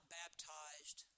baptized